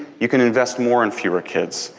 you can invest more in fewer kids.